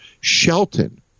Shelton